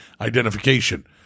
identification